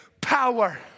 power